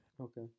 Okay